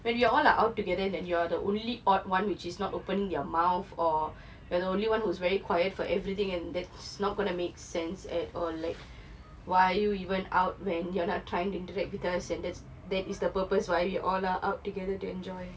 when we all are out altogether and they are the only odd one which is not opening their mouth or when only one who is very quiet for everything and that's not gonna make sense at all like why are you even out when you're not trying to interact with us and that's that is the purpose why we all out together to enjoy